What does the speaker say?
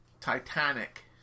Titanic